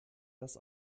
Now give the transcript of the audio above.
das